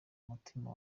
umutima